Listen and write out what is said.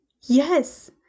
Yes